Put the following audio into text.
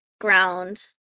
ground